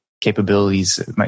capabilities